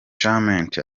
charmant